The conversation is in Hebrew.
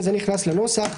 וזה נכנס לנוסח,